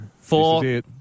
Four